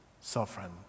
sovereign